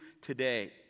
today